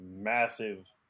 massive